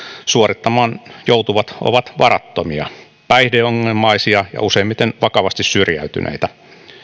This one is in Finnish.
suorittamaan joutuvat ovat varattomia päihdeongelmaisia ja useimmiten vakavasti syrjäytyneitä